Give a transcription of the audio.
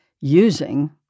using